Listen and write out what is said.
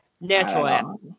Natural